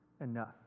enough